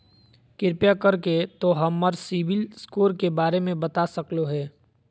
कृपया कर के तों हमर सिबिल स्कोर के बारे में बता सकलो हें?